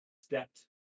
stepped